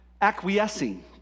Acquiescing